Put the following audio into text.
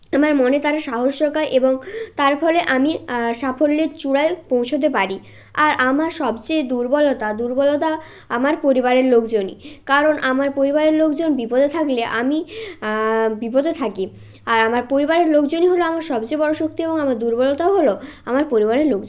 আমার মনে তারা সাহস জোগায় এবং তার ফলে আমি সাফল্যের চূড়ায় পৌঁছোতে পারি আর আমার সবচেয়ে দুর্বলতা দুর্বলতা আমার পরিবারের লোকজনই কারণ আমার পরিবারের লোকজন বিপদে থাকলে আমি বিপদে থাকি আর আমার পরিবারের লোকজনই হলো আমার সবচেয়ে বড়ো শক্তি এবং আমার দুর্বলতাও হলো আমার পরিবারের লোকজন